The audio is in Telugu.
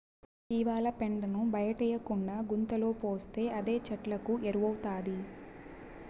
జీవాల పెండను బయటేయకుండా గుంతలో పోస్తే అదే చెట్లకు ఎరువౌతాది